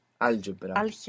Algebra